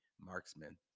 marksman